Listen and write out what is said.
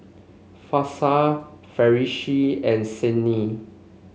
Hafsa Farish and Senin